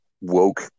woke